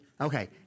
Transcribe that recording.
Okay